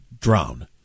drown